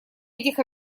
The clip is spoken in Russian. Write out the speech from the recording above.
этих